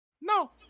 No